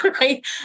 right